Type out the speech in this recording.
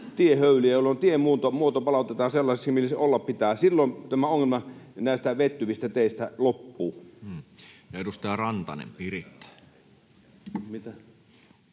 tien muoto palautetaan sellaiseksi, millainen se olla pitää, silloin tämä ongelma näistä vettyvistä teistä loppuu. [Speech 416]